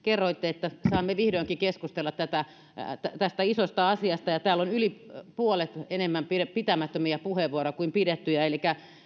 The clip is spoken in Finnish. kerroitte että saamme vihdoinkin keskustella tästä isosta asiasta ja täällä on yli puolet enemmän pitämättömiä puheenvuoroja kuin pidettyjä elikkä